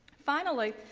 finally,